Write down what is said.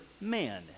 men